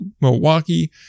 Milwaukee